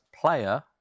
player